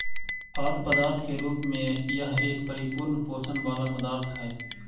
खाद्य पदार्थ के रूप में यह एक परिपूर्ण पोषण वाला पदार्थ हई